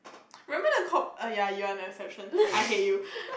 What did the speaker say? remember the coke oh ya you are an exception I hate you